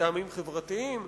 מטעמים חברתיים,